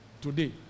today